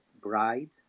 Bride